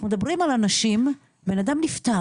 אנחנו מדברים על אנשים, על בן אדם נפטר.